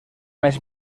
més